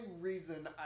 reason